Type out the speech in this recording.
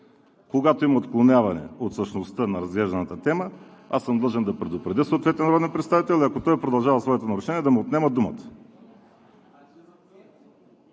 Когато има отклоняване от същността на разглежданата тема, длъжен съм да предупредя съответния народен представител и ако той продължава своето нарушение, да му отнема думата.